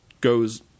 goes –